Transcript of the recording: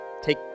take